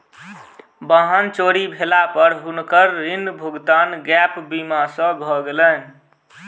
वाहन चोरी भेला पर हुनकर ऋण भुगतान गैप बीमा सॅ भ गेलैन